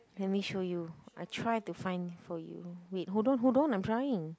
let me show you I try to find for you wait hold on hold on I'm trying